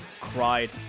cried